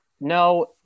no